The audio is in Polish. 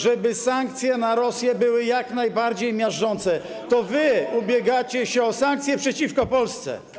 żeby sankcje na Rosję były jak najbardziej miażdżące, to wy ubiegacie się o sankcje przeciwko Polsce.